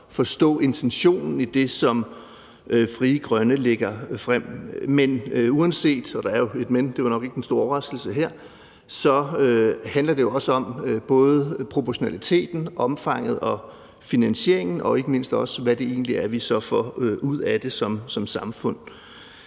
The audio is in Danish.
forstå intentionen i det, som Frie Grønne lægger frem. Men uanset det – for der er jo et men, og det er nok ikke den store overraskelse – så handler det jo også om både proportionaliteten, omfanget og finansieringen, og ikke mindst hvad det egentlig er, vi så får ud af det som samfund.